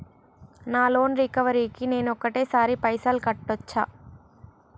నా loan recovery కి నేను ఒకటేసరి పైసల్ కట్టొచ్చా?